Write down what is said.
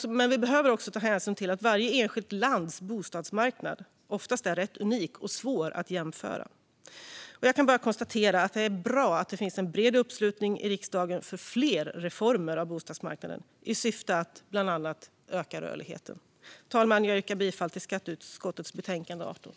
Men vi behöver också ta hänsyn till att varje enskilt lands bostadsmarknad oftast är unik och svår att jämföra. Jag konstaterar att det finns en bred uppslutning i riksdagen för fler reformer av bostadsmarknaden i syfte att bland annat öka rörligheten. Fru talman! Jag yrkar bifall till förslaget i skatteutskottets betänkande 18.